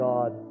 God